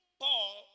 Paul